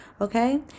Okay